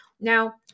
Now